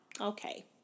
Okay